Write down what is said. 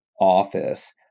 office